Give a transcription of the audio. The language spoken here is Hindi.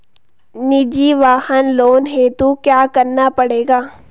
निजी वाहन लोन हेतु क्या करना पड़ेगा?